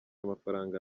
amafaranga